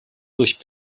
durch